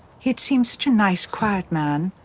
he had seemed such a nice, quiet man,